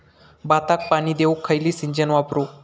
भाताक पाणी देऊक खयली सिंचन वापरू?